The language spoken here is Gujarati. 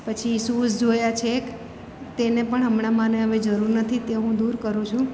પછી શૂઝ જોયા છે એક તેને પણ હમણાં મને હવે જરૂર નથી તે હું દૂર કરું છું